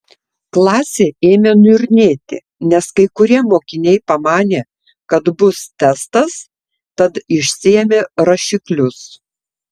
klasė ėmė niurnėti nes kai kurie mokiniai pamanė kad bus testas tad išsiėmė rašiklius